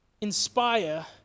inspire